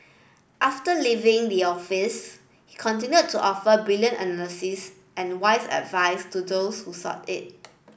after leaving the office he continued to offer brilliant analysis and wise advice to those who sought it